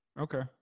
Okay